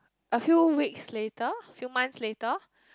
a few weeks later a few months later